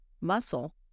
muscle